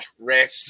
refs